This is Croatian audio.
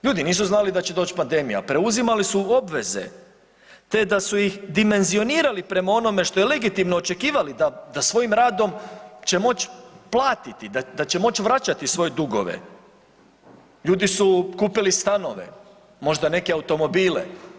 Ljudi nisu znali da će doći pandemija, preuzimali su obveze te da su ih dimenzionirali prema onome što je legitimno očekivali da svojim radom će moć platiti, da će moć vraćati svoje dugove, ljudi su kupili stanove, možda neki automobile.